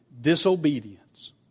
disobedience